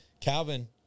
Calvin